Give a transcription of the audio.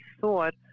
thought